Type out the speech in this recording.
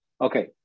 Okay